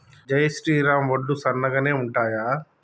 జై శ్రీరామ్ వడ్లు సన్నగనె ఉంటయా?